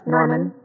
Norman